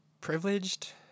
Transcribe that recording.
privileged